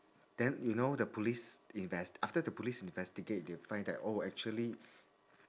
then you know the police invest~ after the police investigate they find that oh actually